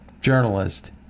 journalist